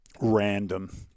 random